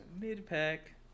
mid-pack